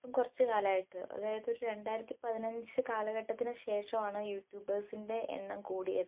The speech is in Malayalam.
കുറച്ചു കാലമായിട്ട് അതായത് ഒരു രണ്ടായിരത്തിപ്പതിനഞ്ച് കാലഘട്ടത്തിന് ശേഷമാണ് യൂട്യൂബേഴ്സിൻ്റെ എണ്ണം കൂടിയത്